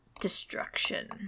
Destruction